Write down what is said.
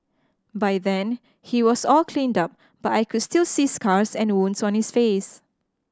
by then he was all cleaned up but I could still see scars and wounds on his face